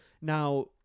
Now